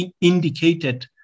indicated